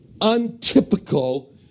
untypical